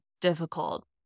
difficult